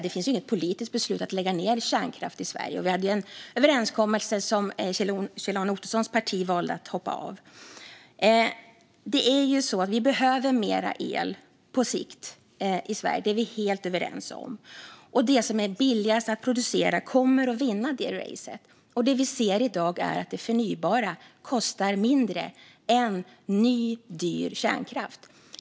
Det finns inget politiskt beslut om att lägga ned kärnkraften i Sverige, men vi hade en överenskommelse som Kjell-Arne Ottossons parti valde att hoppa av. Att Sverige behöver mer el på sikt är vi helt överens om. Det som är billigast att producera kommer att vinna detta race, och det förnybara kostar mindre än ny, dyr kärnkraft.